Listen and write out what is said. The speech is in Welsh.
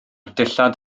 dillad